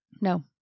No